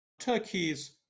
Turkey's